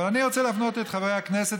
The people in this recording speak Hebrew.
אבל אני רוצה להפנות את חברי הכנסת